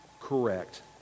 correct